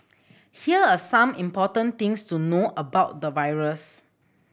here are some important things to know about the virus